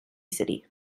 city